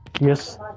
Yes